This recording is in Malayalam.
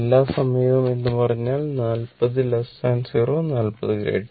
എല്ലാ സമയവും എന്നു പറഞ്ഞാൽ 400 400